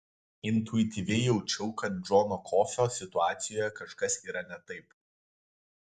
intuityviai jaučiau kad džono kofio situacijoje kažkas yra ne taip